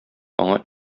аңа